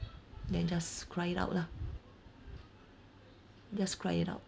then just cry it out lah just cry it out